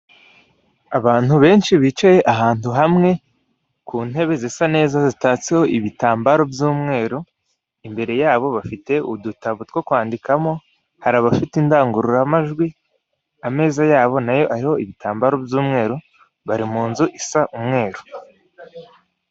Abantu benshi bicaye ahantu hamwe ku ntebe zisa neza zitatseho ibitambaro by'umweru, imbere yabo bafite udutabo two kwandikamo, hari abafite indangururamajwi, ameza yabo nayo ariho ibitambaro by'umweru bari mu nzu isa umweru.